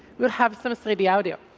we'll have some three d audio.